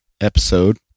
episode